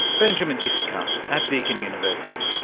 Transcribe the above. benjamin isakhan at deakin university.